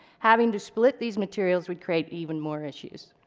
having to split these materials would create even more issues.